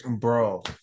Bro